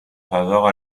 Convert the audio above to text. faveur